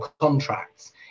contracts